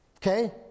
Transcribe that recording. Okay